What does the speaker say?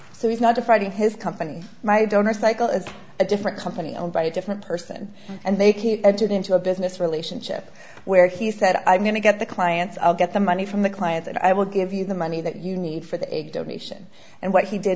so he's not defrauding his company my donor cycle is a different company owned by a different person and they've had entered into a business relationship where he said i'm going to get the clients i'll get the money from the clients and i will give you the money that you need for the egg donation and what he did